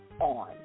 on